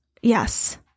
Yes